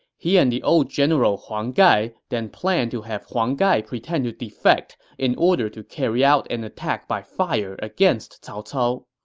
he and the old general huang gai then planned to have huang gai pretend to defect in order to carry out an attack by fire against cao cao.